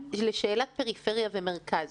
תוכלי להתייחס לשאלת פריפריה ומרכז?